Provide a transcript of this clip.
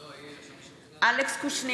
אני רוצה להגיד לכם שמה שקורה בחוץ זה לא בסדר.